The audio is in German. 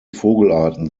vogelarten